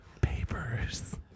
papers